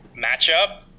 matchup